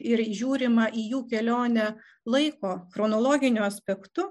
ir žiūrima į jų kelionę laiko chronologiniu aspektu